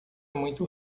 muito